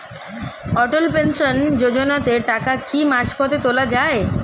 অটল pension যোজনাতে টাকা কি মাঝপথে তোলা যায়?